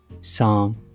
Psalm